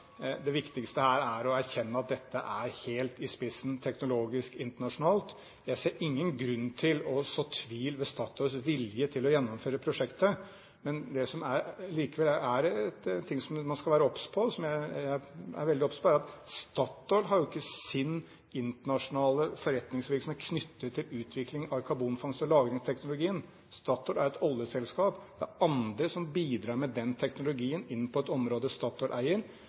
spissen teknologisk. Jeg ser ingen grunn til å så tvil om Statoils vilje til å gjennomføre prosjektet, men det som man likevel skal være obs på, og som jeg er veldig obs på, er at Statoil har jo ikke sin internasjonale forretningsvirksomhet knyttet til utvikling av karbonfangst- og lagringsteknologien. Statoil er jo et oljeselskap. Det er andre som bidrar med den teknologien på et område Statoil eier